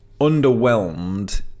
underwhelmed